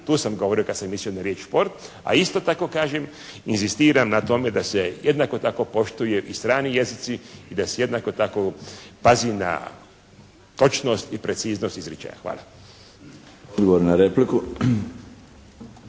to sam govorio kad sam mislio na riječ šport, a isto tako kažem inzistiram na tome da se jednako tako poštuju i strani jezici i da se jednako tako pazi na točnost i preciznost izričaja. Hvala.